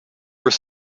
were